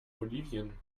bolivien